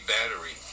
Battery